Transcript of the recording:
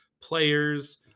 players